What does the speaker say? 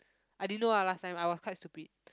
I didn't know ah last time I was quite stupid